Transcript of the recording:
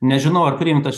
nežinau ar priimtas